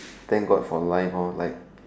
thank God for life orh like